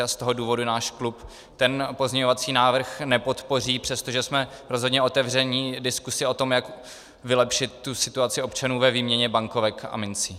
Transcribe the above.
Z toho důvodu náš klub ten pozměňovací návrh nepodpoří, přestože jsme rozhodně otevřeni diskusi o tom, jak vylepšit situaci občanů ve výměně bankovek a mincí.